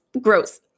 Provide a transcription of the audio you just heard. gross